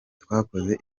twakoze